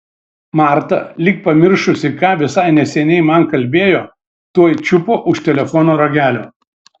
marta lyg pamiršusi ką visai neseniai man kalbėjo tuoj čiupo už telefono ragelio